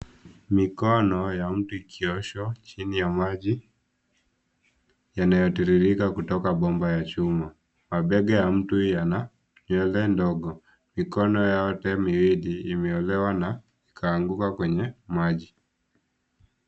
Mikono ya mtu ikioshwa chini ya maji yanayotiririka kutoka bomba ya chuma. Mabega ya mtu yana nywele ndogo. Mikono yote miwili imeolewa na kaanguka kwenye maji.